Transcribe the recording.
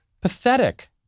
pathetic